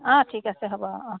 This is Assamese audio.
অঁ ঠিক আছে হ'ব অঁ